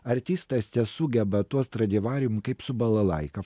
artistas tesugeba tuo stradivarium kaip su balalaika